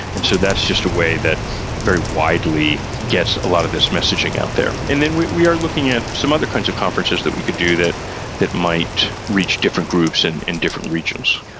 and so that's just a way that very widely gets a lot of this messaging out there. and then we we are looking at some other kinds of conferences that we could do that that might reach different groups and different regions.